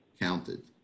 counted